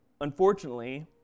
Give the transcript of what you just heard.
unfortunately